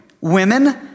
women